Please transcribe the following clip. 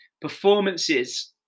performances